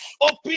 open